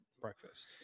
breakfast